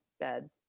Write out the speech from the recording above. bed